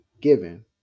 given